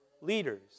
leaders